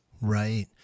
Right